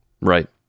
Right